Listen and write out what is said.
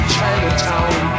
Chinatown